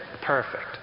perfect